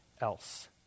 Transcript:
else